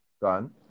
done